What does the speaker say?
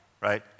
right